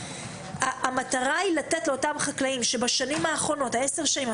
המטרה היא לתת לאותם חקלאים שב-10 האחרונות -- אנחנו